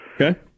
okay